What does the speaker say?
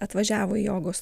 atvažiavo į jogos